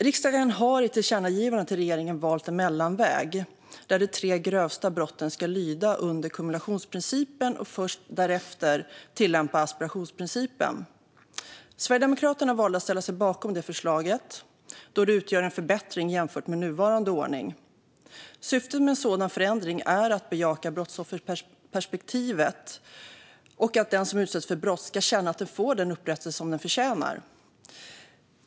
Riksdagen har i ett tillkännagivande till regeringen valt en mellanväg där de tre grövsta brotten ska lyda under ackumulationsprincipen, och asperationsprincipen tillämpas först därefter. Sverigedemokraterna valde att ställa sig bakom förslaget, då det utgör en förbättring jämfört med nuvarande ordning. Syftet med en sådan förändring är att bejaka brottsofferperspektivet och att den som utsätts för brott ska känna att den får den upprättelse som den förtjänar.